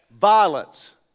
Violence